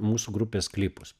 mūsų grupės klipus